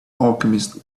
alchemist